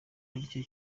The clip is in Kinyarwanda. aricyo